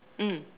mm